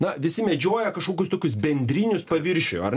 na visi medžioja kažkokius tokius bendrinius paviršių ar